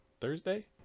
Thursday